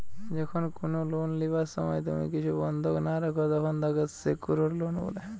যখন কুনো লোন লিবার সময় তুমি কিছু বন্ধক না রাখো, তখন তাকে সেক্যুরড লোন বলে